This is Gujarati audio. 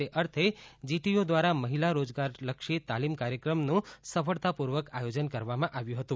તે અર્થિ જીટીયુ દ્વારા મહિલા રોજગારલક્ષી તાલીમ કાર્યક્રમનું સફળતાપૂર્વક આયોજન કરવામાં આવ્યું હતું